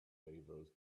favours